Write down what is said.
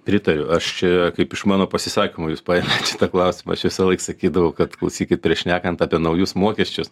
pritariu aš čia kaip iš mano pasisakymo jūs paėmėt šitą klausimą aš visąlaik sakydavau kad klausykit prieš šnekant apie naujus mokesčius